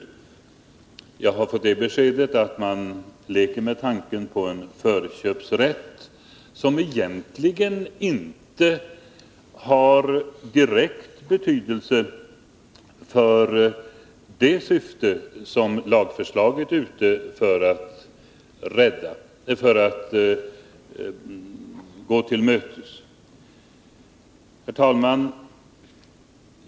Jag har också fått det beskedet att man leker med tanken på en förköpsrätt, som egentligen inte har direkt betydelse för det syfte som lagförslaget är ute för att uppnå. Herr talman!